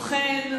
אמרנו.